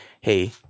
hey